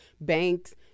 banks